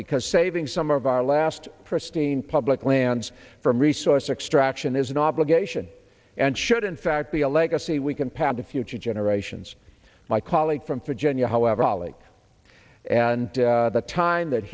because saving some of our last christine public lands from resource extraction is an obligation and should in fact be a legacy we can pass to future generations my colleague from virginia however ali and the time that